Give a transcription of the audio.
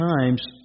times